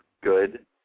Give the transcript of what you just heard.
good